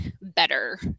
better